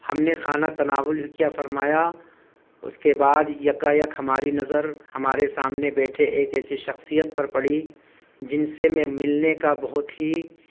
ہم نے کھانا تناول کیا فرمایا اس کے بعد یکایک ہماری نظر ہمارے سامنے بیٹھے ایک ایسی شخصیت پر پڑی جن سے میں ملنے کا بہت ہی